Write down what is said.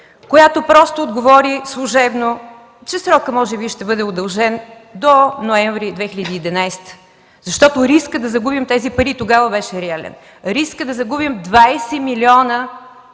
която просто отговори служебно, че срокът може би ще бъде удължен до месец ноември 2011 г., защото рискът да загубим тези пари тогава беше реален. Рискът да загубим 20 милиона